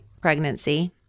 pregnancy